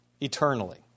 eternally